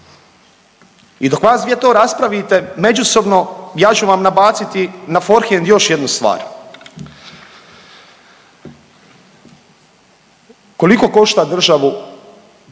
i dok vas dvije to raspravite međusobno ja ću vam nabaciti na forhend još jednu stvar. Koliko košta državu